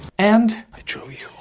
and. i drew you.